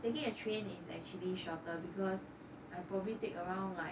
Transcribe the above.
taking a train is actually shorter because I probably take around